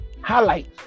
highlights